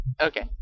Okay